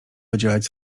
wydzielać